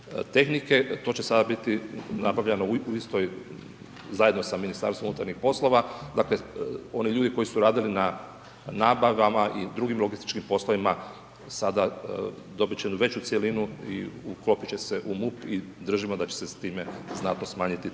tehnike, to će sada biti nabavljano u istoj, zajedno sa MUP-om, dakle oni ljudi koji su radili na nabavama i drugim logističkim poslovima, sada dobit će jednu veću cjelinu i uklopit će se u MUP i držimo da će se s time znatno smanjiti troškovi